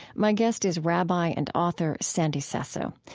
my guest is rabbi and author sandy sasso.